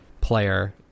player